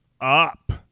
up